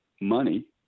money